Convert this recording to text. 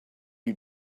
you